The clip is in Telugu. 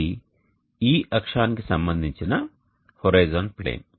ఇది ఈ అక్షానికి సంబంధించిన హోరిజోన్ ప్లేన్